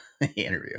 interview